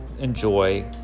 enjoy